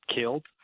killed